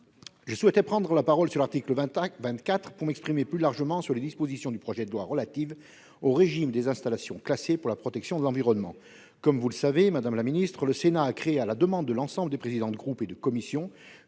Je souhaitais prendre la parole sur l'article 24 pour m'exprimer plus largement sur les dispositions du présent projet de loi relatives au régime des installations classées pour la protection de l'environnement. Comme vous le savez, madame la secrétaire d'État, le Sénat a créé, à la demande de l'ensemble des présidents de groupes et de commissions,